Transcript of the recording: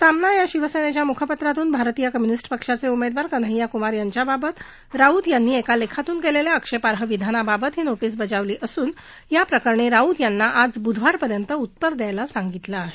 सामना या शिवसेनेच्या मुखपत्रातून भारतीय कम्यूनिस्ट पक्षाचे उमेदवार कन्हय्या कुमार यांच्याबाबत राऊत यांनी एका लेखातून केलेल्या आक्षेपाई विधानाबाबत ही नोटीस बजावली असून या प्रकरणी राऊत यांना आज बुधवारपर्यंत उत्तर द्यायला सांगितलं आहे